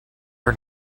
her